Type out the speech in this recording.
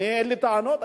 אין לי טענות,